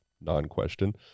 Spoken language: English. non-question